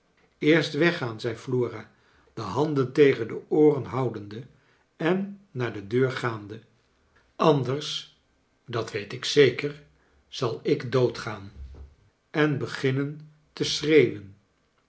eerst weggaan zei flora de handen tegeu de ooren houdende en naar de deur gaande anders dat weet ik zeker zal ik doodgaan en beginnen te schreeuwen